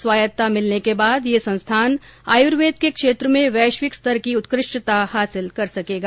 स्वायत्तता मिलने के बाद ये संस्थान आयूर्वेद के क्षेत्र में वैश्विक स्तर की उत्कृष्टता हासिल कर सकेगा